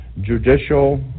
judicial